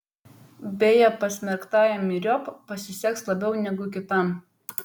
beje pasmerktajam myriop pasiseks labiau negu kitam